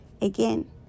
Again